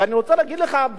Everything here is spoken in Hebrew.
ואני רוצה להגיד לך,